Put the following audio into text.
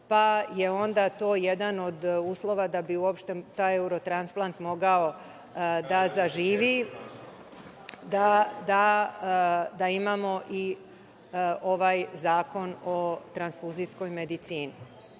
pa je onda to jedan od uslova da bi taj Evrotransplant mogao da zaživi, da imamo i ovaj zakon o transfuzijskoj medicini. Naravno,